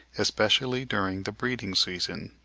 especially during the breeding-season.